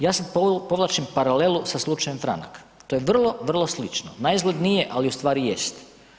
Ja sad povlačim paralelu sa slučajem Franak, to je vrlo, vrlo slično, naizgled nije ali ustvari jest.